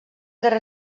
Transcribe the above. guerra